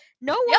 no